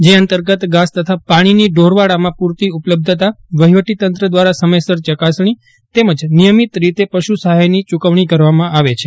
જે અંતર્ગત ઘાસ તથા પાણીની ઢોરવાડામાં પૂરતી ઉપલબ્ધતા વહીવટી તંત્ર દ્વારા સમયસર યકાસણી તેમજ નિયમિત રીતે પશુ સહાયની યૂકવણી કરવામાં આવે છે